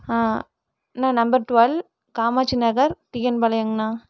Anna number twelve Kamachi Nagar TN பாளையம்ங்கண்ணா